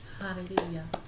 hallelujah